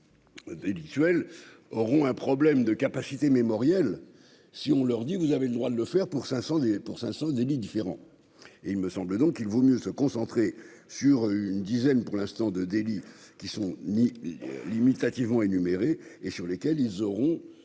Délictuel auront un problème de capacité mémorielle, si on leur dit : vous avez le droit de le faire pour 500 des pour 500 délit différents et il me semble donc il vaut mieux se concentrer sur une dizaine pour l'instant de délits qui sont ni limitativement énumérées et sur lesquels ils auront